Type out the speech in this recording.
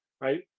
right